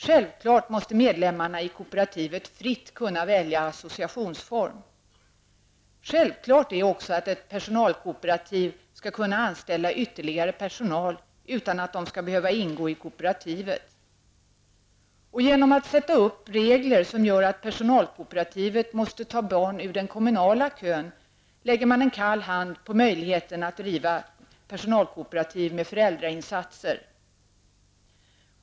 Självfallet måste medlemmarna i ett kooperativ fritt kunna välja associationsform. Det är också självfallet att ett personalkooperativ skall kunna anställa ytterligare personal utan att dessa personer skall behöva ingå i kooperativet. Genom att ställa upp regler som gör att personalkooperativet måste ta barn ur den kommunala kön, lägger man en kall hand på möjligheten att driva personalkooperativ med föräldrainsatser.